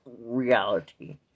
reality